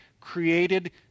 created